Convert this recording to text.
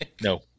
No